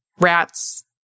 rats